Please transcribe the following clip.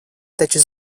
taču